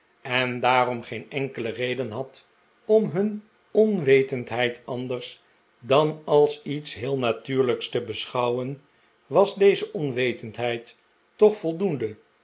en daarom geen enkele reden had om hun onwetendheid anders dan als iets heel natuurlijks te beschouwen was deze onwetendheid toch voldoende